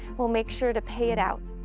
we'll make sure to pay it out.